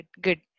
good